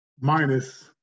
minus